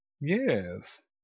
Yes